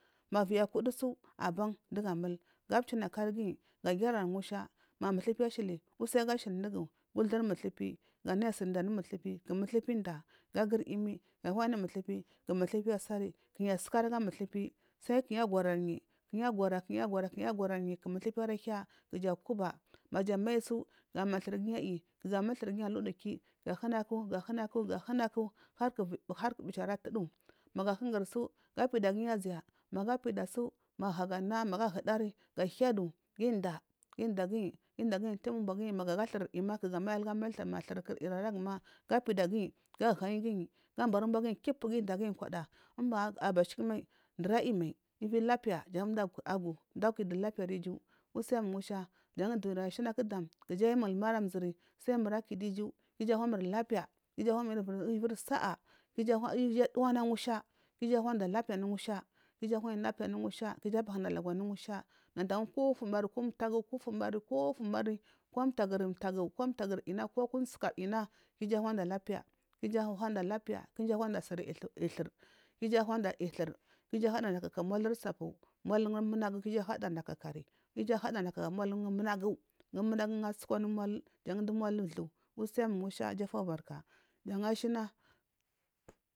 Ma viyi aku dusu aban dugu amulu ga achina kan giyi ga giyari ngusha ma muthupi ashili usi aga shali dugu guthuri muthupi ashili usi aga shali dugu guthuri muthupi gamayi siri inda anu muthupi. Ku muthupi nda ga giri iyimi ganayi anu muthupi ku muthupi asari sai ku nayi asikari aga muthupi. Sai ku nayi aguranyi. Ku nayi agurayi ku nayi agurayi agurayi. Ku muthupi ara hiya ma thur guyi ayi ga amul thur giyi alu duki ga ahana ku ga hanaku ga haku hark u bichi ara tudu. Magu ahunguni su ga apida giyi azaya. Magu ahuda su ma hagu anari ga luyadu gia undagiyi iga gobari ubuwa kip ginda giyi koda abashakan mai ndur anayi mad ivi lapiya jan du mdu agu mura akidu lapiya ara ija usim mura akidu lapiya ara iju usim ngusha jan vuri ashan ku dani ki jayi muhumuri amzuri sa mur akidu lapiya ka iju cewamur lapiya iju awamur ivir sala iju adu iju awanda lapiya anu ngusha iju anada lapiya anu ngusha. Ku iju apahuwa lagu anu ngusha nadagu ko afumari ko ufunari ko taguri tagu ko taguri ina ko aku nsuka ina ku iju anada lapiya ku iju anada lapiya ku iju suri iyi tur ka iju awanda iyitur. Ku iju ahadar inda kaka mul sapu mul ngu manage ku iju ahadarin da ka mulun manage agu. Manage asuku anu mulu jan du mulu uthu usim ngusha iju afubarka jan ashina